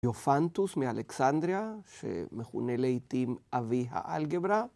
‫יופנטוס מאלכסנדריה, ‫שמכונה לעיתים אבי האלגברה.